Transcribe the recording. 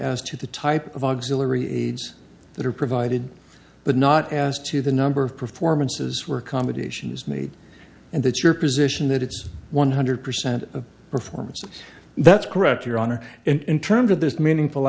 as to the type of auxilary aids that are provided but not as to the number of performances were accommodations made and that your position that it's one hundred percent of performance that's correct your honor in terms of this meaningful